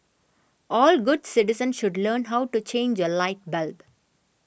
all good citizens should learn how to change a light bulb